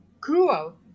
cruel